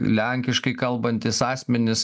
lenkiškai kalbantys asmenys